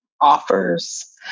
offers